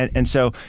and so,